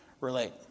relate